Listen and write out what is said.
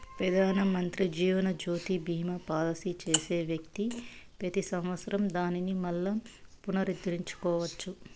పెదానమంత్రి జీవనజ్యోతి బీమా పాలసీ చేసే వ్యక్తి పెతి సంవత్సరం దానిని మల్లా పునరుద్దరించుకోవచ్చు